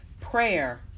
Prayer